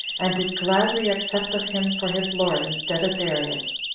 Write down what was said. and did gladly accept of him for his lord instead of darius.